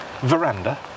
veranda